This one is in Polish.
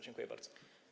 Dziękuję bardzo.